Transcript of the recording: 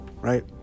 right